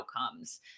outcomes